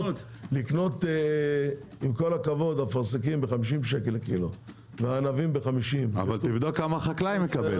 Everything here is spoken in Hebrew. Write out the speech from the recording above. לקנות אפרסקים וענבים ב-50 שקל לקילו- -- אבל תבדוק כמה חקלאי מקבל.